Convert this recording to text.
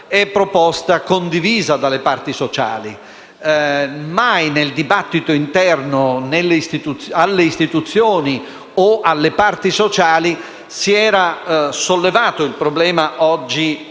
materiali di impresa, è condivisa dalle parti sociali. Mai nel dibattito interno alle istituzioni o alle parti sociali si era sollevato il problema oggi